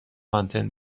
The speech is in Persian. آنتن